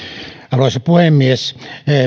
arvoisa puhemies